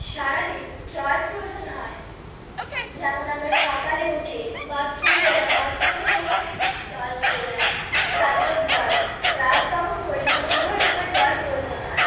সারাদিন জল প্রয়োজন হয় যেমন আমরা সকালে উঠে বাথরুম গেলাম বাথরুমের সময় জল নিয়ে যাই তারপর ব্রাশ ব্রাশ যখন করি মুগ ধোয়ার সময় জল প্রয়োজন হয়